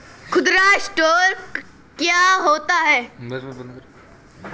खुदरा स्टोर क्या होता है?